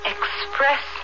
Express